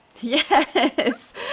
Yes